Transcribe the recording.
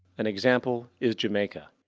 an example is jamaica,